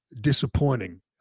disappointing